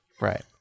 Right